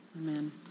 Amen